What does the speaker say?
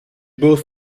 bought